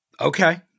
Okay